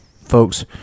folks